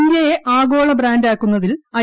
ഇന്ത്യയെ ആഗോള ബ്രാ്ന്റാക്കുന്നതിൽ ഐ